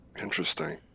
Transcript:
Interesting